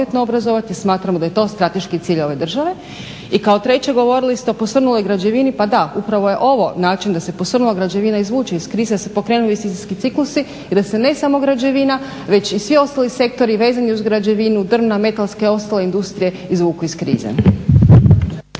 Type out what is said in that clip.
kvalitetno obrazovati. Smatramo da je to strateški cilj ove države. I kao treće govorili ste o posrnuloj građevini. Pa da, upravo je ovo način da se posrnula građevina izvuče iz krize, da se pokrenu investicijski ciklusi i da se ne samo građevina već i svi ostali sektori vezani uz građevinu, drvna, metalska i ostale industrije izvuku iz krize.